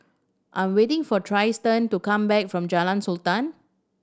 I'm waiting for Trystan to come back from Jalan Sultan